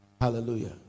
hallelujah